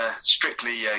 strictly